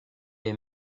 est